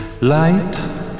Light